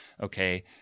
okay